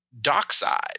Dockside